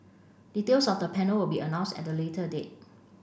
details of the panel will be announced at the later date